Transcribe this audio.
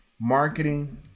marketing